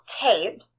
tape